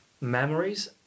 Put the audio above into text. memories